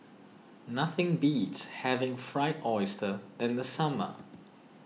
nothing beats having Fried Oyster in the summer